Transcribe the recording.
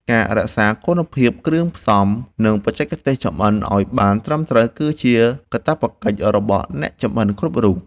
ការរក្សានូវគុណភាពគ្រឿងផ្សំនិងបច្ចេកទេសចម្អិនឱ្យបានត្រឹមត្រូវគឺជាកាតព្វកិច្ចរបស់អ្នកចម្អិនគ្រប់រូប។